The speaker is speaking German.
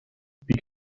wie